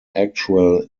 actual